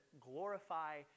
glorify